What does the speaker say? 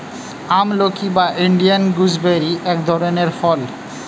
আমলকি বা Indian gooseberry এক ধরনের ফল